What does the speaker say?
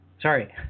Sorry